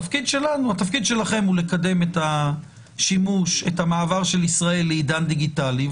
התפקיד שלכם הוא לקדם את המעבר של ישראל לעידן דיגיטלי,